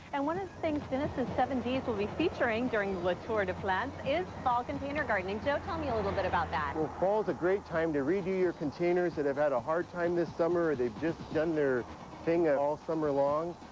and one of the things dennis' and seven dees will be featuring during le tour de plants is fall container gardening. joe, tell me a little bit about that. well, and fall is a great time to redo your containers that have had a hard time this summer and they've just done their thing at all summer long.